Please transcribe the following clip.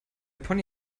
pony